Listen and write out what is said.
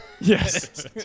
Yes